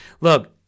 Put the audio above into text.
Look